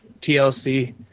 TLC